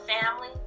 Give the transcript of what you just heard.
family